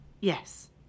yes